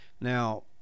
Now